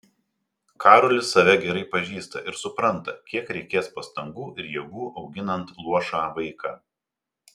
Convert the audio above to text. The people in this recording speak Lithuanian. karolis save gerai pažįsta ir supranta kiek reikės pastangų ir jėgų auginant luošą vaiką